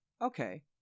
Okay